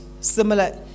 similar